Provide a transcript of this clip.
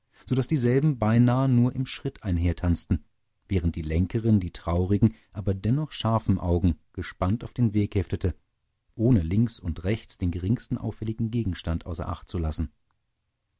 so daß dieselben beinahe nur im schritt einhertanzten während die lenkerin die traurigen aber dennoch scharfen augen gespannt auf den weg heftete ohne links und rechts den geringsten auffälligen gegenstand außer acht zu lassen